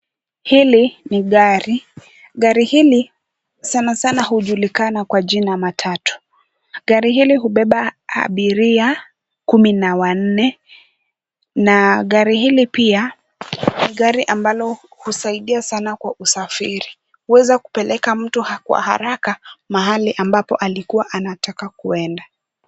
Hili ni gari, gari hili sana sana hujulikana kwa jina matatu, gari hili hubeba abiria kumi na wanne na gari hili pia ni gari ambalo husaidia sana kwa usafiri, huweza kupeleka mtu kwa haraka mahali ambapo alikuwa anataka kwenda.